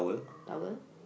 towel